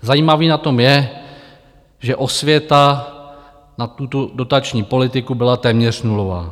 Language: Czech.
Zajímavé na tom je, že osvěta na tuto dotační politiku byla téměř nulová.